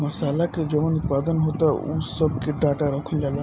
मासाला के जवन उत्पादन होता ओह सब के डाटा रखल जाता